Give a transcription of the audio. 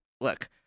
look